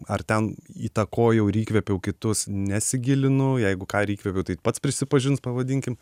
ar ten įtakojau ir įkvėpiau kitus nesigilinu jeigu ką ir įkvėpiau tai pats prisipažins pavadinkim